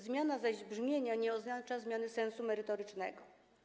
Zmiany brzmienia nie oznaczają zmiany sensu merytorycznego.